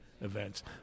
events